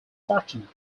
fortunate